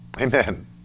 Amen